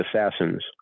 assassins